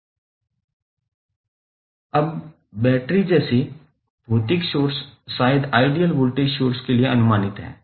अब बैटरी जैसे भौतिक सोर्स शायद आइडियल वोल्टेज सोर्स के लिए अनुमानित हैं